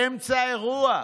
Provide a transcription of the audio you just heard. באמצע אירוע,